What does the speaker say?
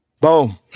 Boom